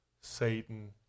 Satan